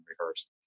rehearsed